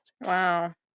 Wow